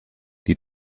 die